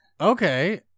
Okay